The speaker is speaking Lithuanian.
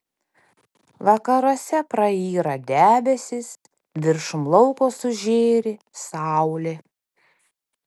vakaruose prayra debesys viršum lauko sužėri saulė